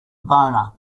boner